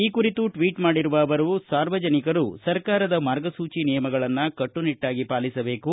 ಈ ಕುರಿತು ಟ್ವೀಟ್ ಮಾಡಿರುವ ಅವರು ಸಾರ್ವಜನಿಕರು ಸರ್ಕಾರದ ಮಾರ್ಗಸೂಚಿ ನಿಯಮಗಳನ್ನು ಕಟ್ಟುನಿಟ್ಟಾಗಿ ಪಾಲಿಸಬೇಕು